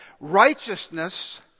Righteousness